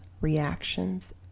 reactions